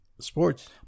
sports